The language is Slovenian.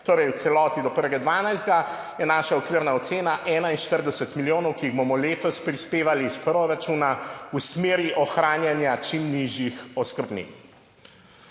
torej v celoti do 1. 12., je naša okvirna ocena 41 milijonov, ki jih bomo letos prispevali iz proračuna v smeri ohranjanja čim nižjih oskrbnin.